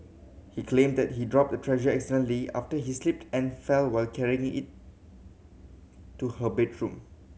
he claimed that he dropped Treasure accidentally after he slipped and fell while carrying it to her bedroom